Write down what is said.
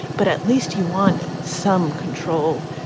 but at least you want some control.